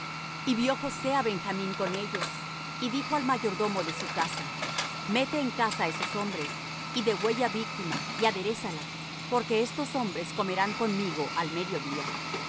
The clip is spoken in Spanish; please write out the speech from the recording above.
y vió josé á benjamín con ellos y dijo al mayordomo de su casa mete en casa á esos hombres y degüella víctima y aderéza la porque estos hombres comerán conmigo al medio